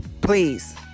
Please